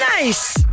Nice